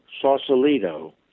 Sausalito